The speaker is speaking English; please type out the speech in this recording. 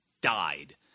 died